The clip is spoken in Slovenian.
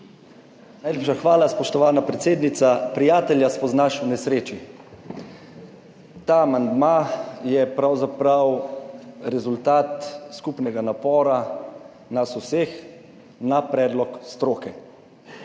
Najlepša hvala, spoštovana predsednica. Prijatelja spoznaš v nesreči. Ta amandma je pravzaprav rezultat skupnega napora nas vseh na predlog stroke,